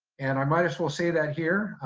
and i might as well say that here,